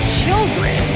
children